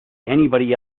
anybody